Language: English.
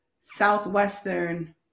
Southwestern